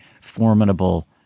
formidable